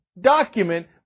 document